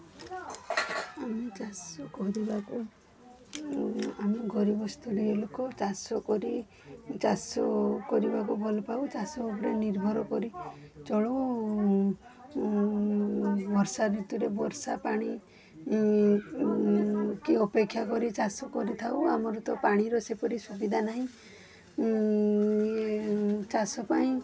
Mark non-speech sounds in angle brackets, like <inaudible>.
ଆମେ ଚାଷ କରିବାକୁ ଆମେ ଗରିବ <unintelligible> ଲୋକ ଚାଷ କରି ଚାଷ କରିବାକୁ ଭଲପାଉ ଚାଷ ଉପରେ ନିର୍ଭର କରି ଚଳୁ ବର୍ଷା ଋତୁରେ ବର୍ଷା ପାଣି କି ଅପେକ୍ଷା କରି ଚାଷ କରିଥାଉ ଆମର ତ ପାଣିର ସେପରି ସୁବିଧା ନାହିଁ ଚାଷ ପାଇଁ